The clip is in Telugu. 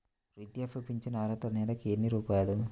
వృద్ధాప్య ఫింఛను అర్హత నెలకి ఎన్ని రూపాయలు?